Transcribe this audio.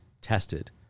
tested